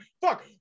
fuck